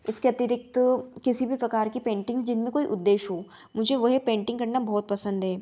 इसके अतिरिक्त किसी भी प्रकार कि पेंटिंग जिनमें कोई उदेश्य हो मुझे वही पेंटिंग करना बहुत पसंद है